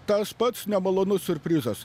tas pats nemalonus siurprizas